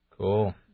Cool